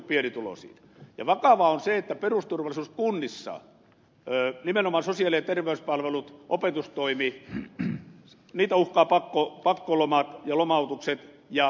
vakavaa on se että perusturvallisuutta kunnissa nimenomaan sosiaali ja terveyspalveluja ja opetustoimea uhkaavat pakkolomat ja lomautukset ja alasajo